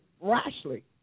rashly